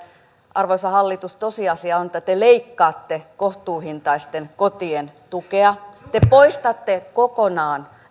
arvoisa hallitus tosiasia on että te leikkaatte kohtuuhintaisten kotien tukea te poistatte kokonaan